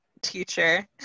teacher